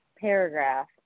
paragraph